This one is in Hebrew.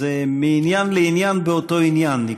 זה מעניין לעניין באותו עניין.